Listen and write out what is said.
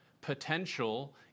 potential